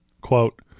quote